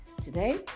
today